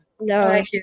No